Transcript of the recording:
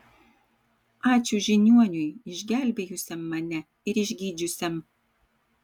ačiū žiniuoniui išgelbėjusiam mane ir išgydžiusiam